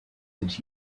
that